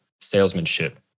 salesmanship